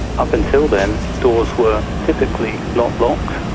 up until then, doors were typically not locked.